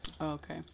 Okay